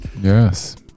Yes